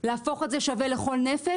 להפוך את זה להיות שווה לכל נפש,